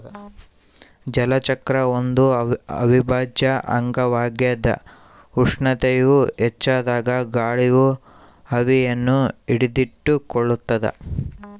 ಜಲಚಕ್ರದ ಒಂದು ಅವಿಭಾಜ್ಯ ಅಂಗವಾಗ್ಯದ ಉಷ್ಣತೆಯು ಹೆಚ್ಚಾದಾಗ ಗಾಳಿಯು ಆವಿಯನ್ನು ಹಿಡಿದಿಟ್ಟುಕೊಳ್ಳುತ್ತದ